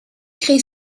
créé